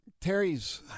Terry's